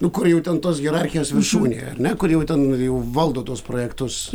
nu kur jau ten tos hierarchijos viršūnėje ar ne kur jau ten jau valdo tuos projektus